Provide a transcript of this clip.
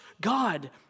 God